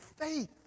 faith